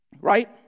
right